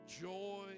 joy